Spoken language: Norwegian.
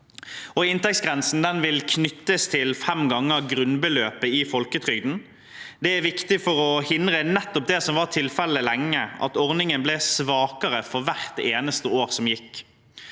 Inntektsgrensen vil knyttes til fem ganger grunnbeløpet i folketrygden. Det er viktig for å hindre nettopp det som var tilfellet lenge, at ordningen ble svakere for hvert eneste år som gikk.